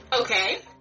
Okay